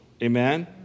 Amen